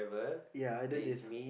ya either this